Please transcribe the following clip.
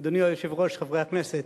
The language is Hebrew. אדוני היושב-ראש, חברי הכנסת,